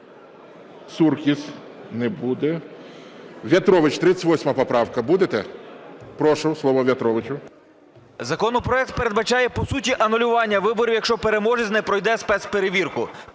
Законопроект передбачає, по суті, анулювання виборів, якщо переможець не пройде спецперевірку.